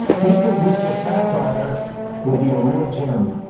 we think mr. sapphire will be a real gem.